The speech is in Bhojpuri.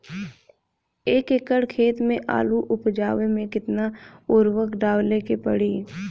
एक एकड़ खेत मे आलू उपजावे मे केतना उर्वरक डाले के पड़ी?